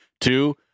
Two